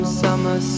summer